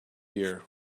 year